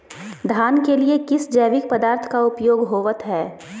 धान के लिए किस जैविक पदार्थ का उपयोग होवत है?